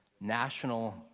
national